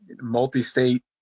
multi-state